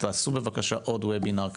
תעשו עוד וובינר,